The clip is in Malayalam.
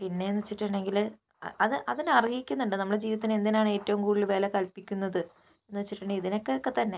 പിന്നെയെന്ന് വച്ചിട്ടുണ്ടെങ്കിൽ അതിന് അർഹിക്കുന്നുണ്ട് നമ്മളെ ജീവിതത്തിന് എന്തിനാണ് ഏറ്റവും കൂടുതൽ വില കൽപ്പിക്കുന്നത് എന്നു വച്ചിട്ടുണ്ടെങ്കിൽ ഇതിനൊക്കെ ഒക്കെത്തന്നെ